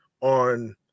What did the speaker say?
on